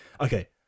Okay